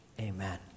amen